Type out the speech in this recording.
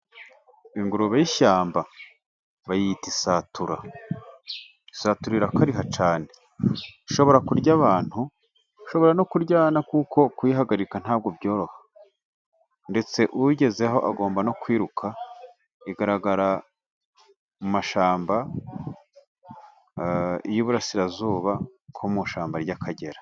Ingurube y'ishyamba bayita isatura, isatura irakariha cyane, ishobora kurya abantu, ishobora no kuryana, kuko kuyihagarika, ntabwo byoroha, ndetse uwigezeho, agomba no kwiruka, igaragara mu mashamba y'iburasirazuba, nko mu ishyamba ry'akagera.